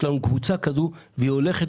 הקבוצה הזאת הולכת